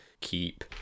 keep